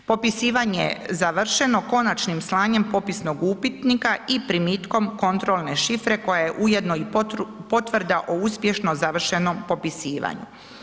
Popisivanje je završeno konačnim slanjem popisnog upitnika i primitkom kontrolne šifre koja je ujedno i potvrda o uspješno završenom popisivanju.